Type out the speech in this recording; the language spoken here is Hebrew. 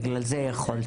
בגלל זה יכולתי.